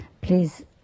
Please